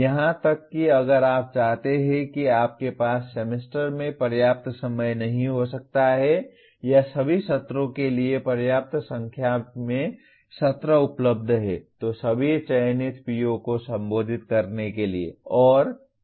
यहां तक कि अगर आप चाहते हैं कि आपके पास सेमेस्टर में पर्याप्त समय नहीं हो सकता है या सभी सत्रों के लिए पर्याप्त संख्या में सत्र उपलब्ध हैं तो सभी चयनित PO को संबोधित करने के लिए